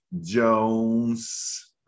Jones